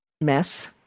mess